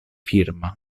firma